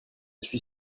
suis